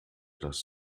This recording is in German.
das